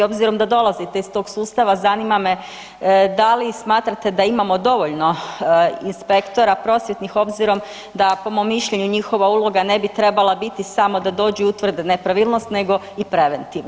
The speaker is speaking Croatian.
S obzirom da dolazite iz tog sustava, zanima me da li smatrate da imamo dovoljno inspektora prosvjetnih obzirom da po mom mišljenju njihova uloga ne bi trebala biti samo da dođu i utvrde nepravilnost nego i preventivna.